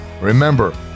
remember